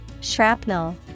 Shrapnel